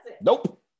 Nope